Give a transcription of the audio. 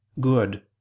good